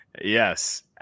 Yes